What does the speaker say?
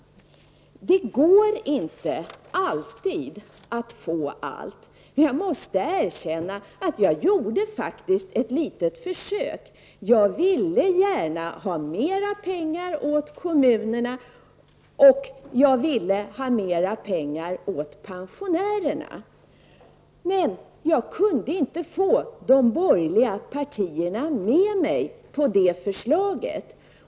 Det går inte alltid att få allt. Men jag måste erkänna att jag gjorde faktiskt ett litet försök. Jag ville gärna ha mera pengar åt kommunerna, och jag ville ha mera pengar åt pensionärerna. Men jag kunde inte få de borgerliga partierna med mig på det förslaget.